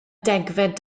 degfed